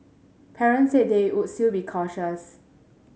parents said they were still be cautious